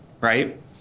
right